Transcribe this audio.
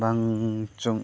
ᱵᱟᱝᱪᱚᱝ